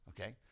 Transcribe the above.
Okay